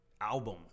Album